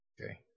Okay